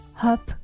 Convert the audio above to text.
hop